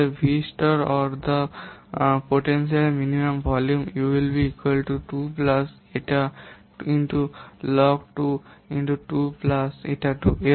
অতএবV star বা সম্ভাব্য সর্বনিম্ন ভলিউম হবে 2 যুক্ত ইটা 2 গুন লগ 2 গুন 2 যুক্ত ইটা 2